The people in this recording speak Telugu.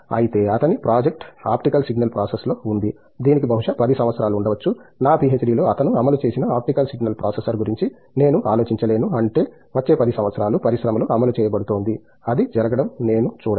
అయితే అతని ప్రాజెక్ట్ ఆప్టికల్ సిగ్నల్ ప్రాసెస్లో ఉంది దీనికి బహుశా 10 సంవత్సరాలు ఉండవచ్చు నా పీహెచ్డీలో అతను అమలు చేసిన ఆప్టికల్ సిగ్నల్ ప్రాసెసర్ గురించి నేను ఆలోచించలేను అంటే వచ్చే 10 సంవత్సరాలు పరిశ్రమలో అమలు చేయబడుతోంది అది జరగడం నేను చూడలేను